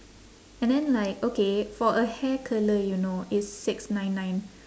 and then like okay for a hair curler you know it's six nine nine